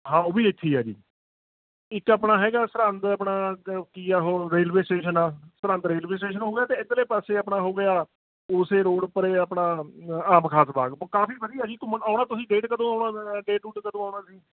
ਹਾਂ ਉਹ ਵੀ ਇੱਥੇ ਹੀ ਆ ਜੀ ਇੱਕ ਆਪਣਾ ਹੈਗਾ ਸਰਹੰਦ ਆਪਣਾ ਕੀ ਆ ਉਹ ਰੇਲਵੇ ਸਟੇਸ਼ਨ ਆ ਸਰਹੰਦ ਰੇਲਵੇ ਸਟੇਸ਼ਨ ਹੋ ਗਿਆ ਅਤੇ ਇੱਧਰਲੇ ਪਾਸੇ ਆਪਣਾ ਹੋ ਗਿਆ ਉਸੇ ਰੋਡ ਉੱਪਰ ਏ ਆਪਣਾ ਆਮ ਖਾਸ ਬਾਗ ਕਾਫ਼ੀ ਵਧੀਆ ਜੀ ਘੁੰਮਣ ਆਉਣਾ ਤੁਸੀਂ ਡੇਟ ਕਦੋਂ ਆਉਣਾ ਡੇਟ ਡੂਟ ਕਦੋਂ ਆਉਣਾ ਤੁਸੀਂ